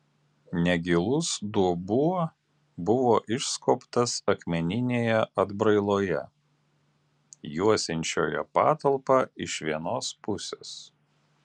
negilus dubuo buvo išskobtas akmeninėje atbrailoje juosiančioje patalpą iš vienos pusės